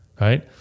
right